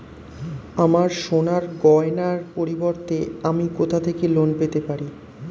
আমার সোনার গয়নার পরিবর্তে আমি কোথা থেকে লোন পেতে পারি?